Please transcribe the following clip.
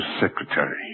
secretary